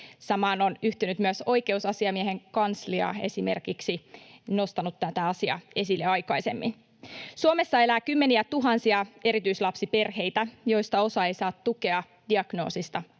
Samaan on yhtynyt myös esimerkiksi Oikeusasiamiehen kanslia, nostanut tätä asiaa esille aikaisemmin. Suomessa elää kymmeniätuhansia erityislapsiperheitä, joista osa ei saa tukea diagnoosista